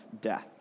death